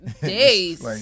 Days